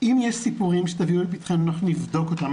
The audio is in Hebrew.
אם יש סיפורים שתביאו אל פתחנו, אנחנו נבדוק אותם.